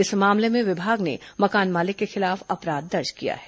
इस मामले में विभाग ने मकान मालिक के खिलाफ अपराध दर्ज किया है